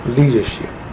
leadership